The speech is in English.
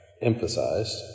emphasized